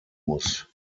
muss